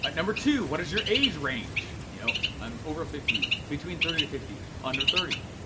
ah number two, what is your age range? you know i'm over fifty, between thirty to fifty, under thirty.